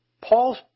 Paul